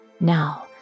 Now